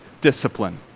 discipline